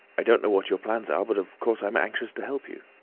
i don't know what your plans are, but of course i'm anxious to help you.